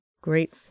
Great